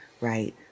right